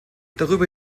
darüber